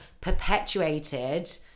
perpetuated